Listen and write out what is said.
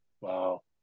Wow